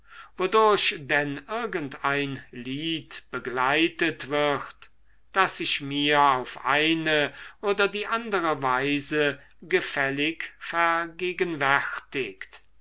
wodurch denn irgendein lied begleitet wird das sich mir auf eine oder die andere weise gefällig vergegenwärtigt